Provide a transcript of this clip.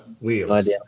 wheels